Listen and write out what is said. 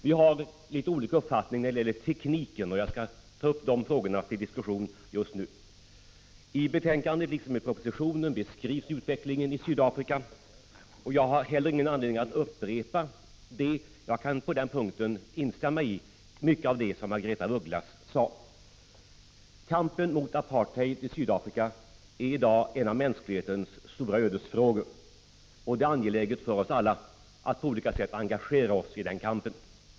Vi har litet olika uppfattningar när det gäller tekniken, och jag skall ta upp den frågan till diskussion. I betänkandet liksom i propositionen beskrivs utvecklingen i Sydafrika. Jag har heller ingen anledning att upprepa den. Jag kan på den punkten instämma i mycket av det Margaretha af Ugglas sade. Kampen mot apartheid i Sydafrika är i dag en av mänsklighetens stora ödesfrågor. Det är angeläget för oss alla att på olika sätt engagera oss i den kampen.